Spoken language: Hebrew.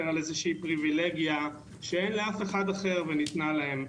על איזושהי פריבילגיה שאין לאף אחד אחר וניתנה להם.